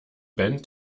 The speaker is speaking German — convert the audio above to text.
band